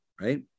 Right